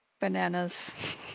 Bananas